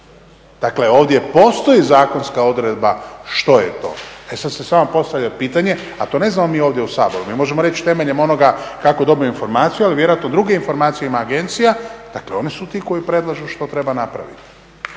Dakle, ovdje postoji zakonska odredba što je to. E sad se samo postavlja pitanje, a to ne znamo mi ovdje u Saboru. Mi možemo reći temeljem onoga kako dobimo informaciju. Ali vjerojatno druge informacije ima agencija. Dakle, one su ti koji predlažu što treba napraviti.